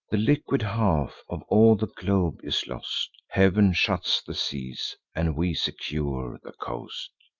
the liquid half of all the globe is lost heav'n shuts the seas, and we secure the coast.